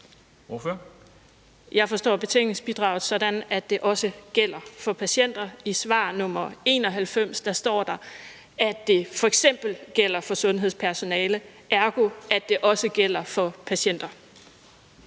Jeg forstår betænkningsbidraget sådan, at det også gælder for patienter. I svaret på spørgsmål nr. 91 står der, at det f.eks. gælder for sundhedspersonale, ergo gælder det også for patienter.